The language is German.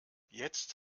jetzt